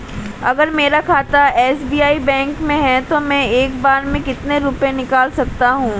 अगर मेरा खाता एस.बी.आई बैंक में है तो मैं एक बार में कितने रुपए निकाल सकता हूँ?